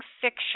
fiction